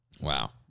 wow